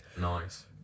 Nice